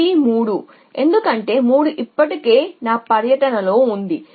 copy 3 ఎందుకంటే 3 ఇప్పటికే నా పర్యటనలో ఉంది